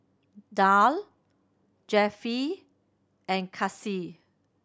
Darl Jeffie and Kasey